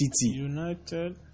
United